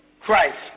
Christ